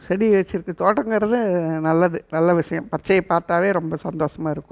செடி வச்சுருக்கு தோட்டங்கிறது நல்லது நல்ல விஷயம் பச்சையை பார்த்தாவே ரொம்ப சந்தோஷமா இருக்கும்